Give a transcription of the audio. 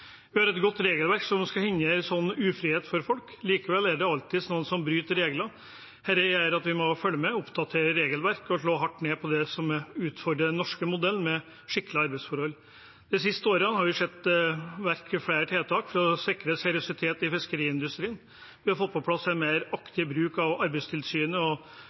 vi i Venstre på største alvor. Vi har et godt regelverk som skal hindre slik ufrihet for folk. Likevel er det alltid noen som bryter regler. Dette gjør at vi må følge med, oppdatere regelverk og slå hardt ned på det som utfordrer den norske modellen med skikkelige arbeidsforhold. De siste årene har vi satt i verk flere tiltak for å sikre seriøsitet i fiskeriindustrien, vi har fått på plass en mer aktiv bruk av Arbeidstilsynet